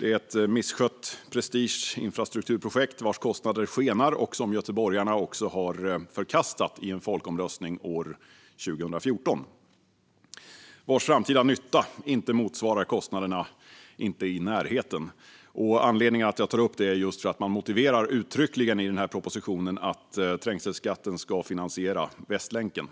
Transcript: ett misskött prestigeinfrastrukturprojekt vars kostnader skenar, och göteborgarna har också förkastat det i en folkomröstning år 2014. Dess framtida nytta motsvarar inte kostnaderna på långt när. Anledningen till att jag tar upp detta är att man i propositionen uttryckligen motiverar trängselskatten med att den ska finansiera Västlänken.